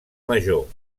major